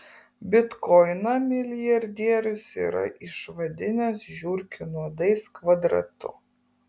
bitkoiną milijardierius yra išvadinęs žiurkių nuodais kvadratu